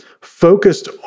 focused